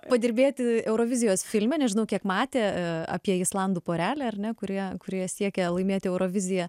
padirbėti eurovizijos filme nežinau kiek matė apie islandų porelę ar ne kurie kurie siekia laimėti euroviziją